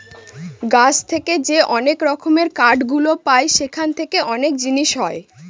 গাছ থেকে যে অনেক রকমের কাঠ গুলো পায় সেখান থেকে অনেক জিনিস হয়